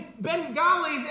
Bengalis